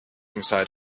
inside